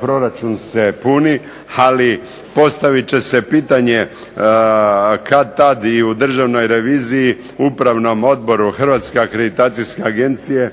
proračun se puni, ali postavit će se pitanje kad-tad i u državnoj reviziji Upravnom odboru Hrvatske akreditacijske agencije